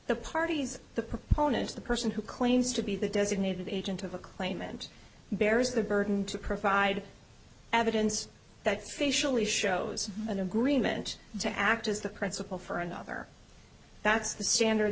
the parties the proponents the person who claims to be the designated agent of a claimant bears the burden to provide evidence that facially shows an agreement to act as the principal for another that's the standard